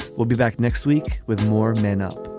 we'll be back next week with more men up